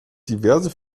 diverse